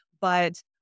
but-